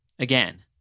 Again